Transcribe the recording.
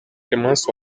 clemence